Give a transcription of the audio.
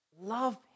Love